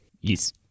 Yes